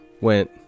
went